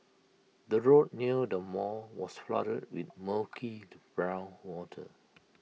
the road near the mall was flooded with murky brown water